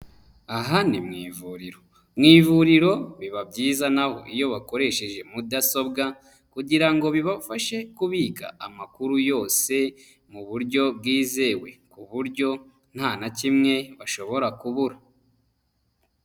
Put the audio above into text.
Aha ni mu ivuriro, mu ivuriro biba byiza iyo bakoresheje mudasobwa kugira ngo bibafashe kubika amakuru yose mu buryo bwizewe ku buryo nta na kimwe bashobora kubura.